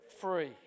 free